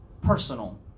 personal